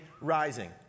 rising